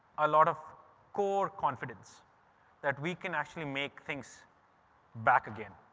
a lot of core confidence that we can actually make things back again.